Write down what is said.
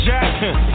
Jackson